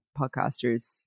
podcasters